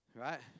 right